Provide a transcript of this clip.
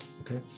Okay